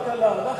חבר הכנסת אלסאנע,